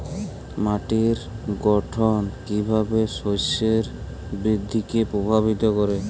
মাটির গঠন কীভাবে শস্যের বৃদ্ধিকে প্রভাবিত করে?